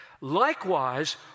likewise